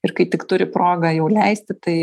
ir kai tik turi progą jau leisti tai